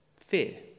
fear